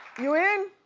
you in?